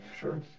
Sure